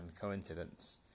coincidence